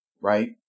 right